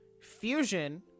Fusion